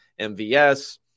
MVS